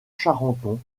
charenton